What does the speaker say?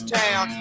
town